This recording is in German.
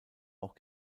auch